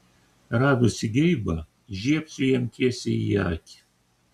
radusi geibą žiebsiu jam tiesiai į akį